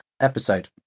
episode